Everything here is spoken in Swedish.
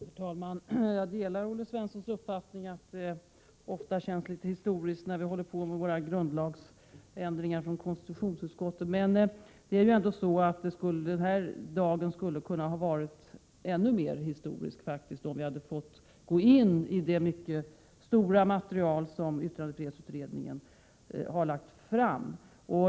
Herr talman! Jag delar Olle Svenssons uppfattning att det ofta känns litet historiskt när vi håller på med våra grundlagsändringar inom konstitutionsutskottet och här i kammaren, men den här dagen skulle ha kunnat vara ännu mer historisk om vi hade fått gå in i det mycket stora material som yttrandefrihetsutredningen har lagt fram.